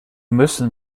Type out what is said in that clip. müssen